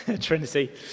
trinity